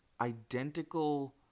identical